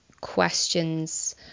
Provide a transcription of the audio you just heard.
questions